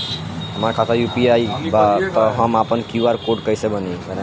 हमार खाता यू.पी.आई बा त हम आपन क्यू.आर कोड कैसे बनाई?